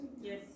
Yes